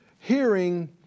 hearing